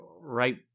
right